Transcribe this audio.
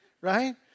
Right